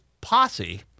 posse